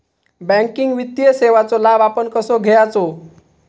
Banking वित्तीय सेवाचो लाभ आपण कसो घेयाचो?